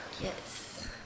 yes